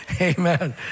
amen